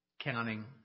Counting